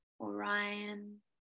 Orion